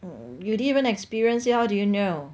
you didn't even experience it how do you know